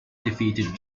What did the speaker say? defeated